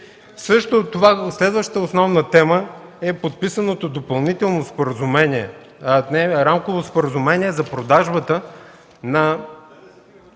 Следващата основна тема е подписаното допълнително споразумение, Рамковото споразумение за продажбата на